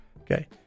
Okay